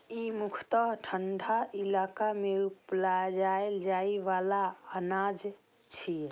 ई मुख्यतः ठंढा इलाका मे उपजाएल जाइ बला अनाज छियै